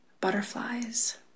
butterflies